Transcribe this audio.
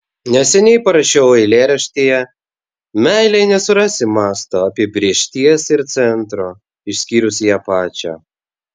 neseniai parašiau eilėraštyje meilei nesurasi masto apibrėžties ir centro išskyrus ją pačią